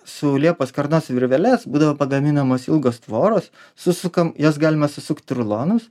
su liepos karnos virveles būdavo pagaminamos ilgos tvoros susukam jas galima susukt į rulonus